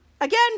Again